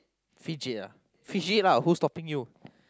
fidget ah fidget lah who's stopping you